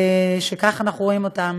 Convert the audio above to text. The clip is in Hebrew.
ככה אנחנו רואים אותם.